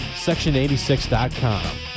section86.com